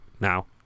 now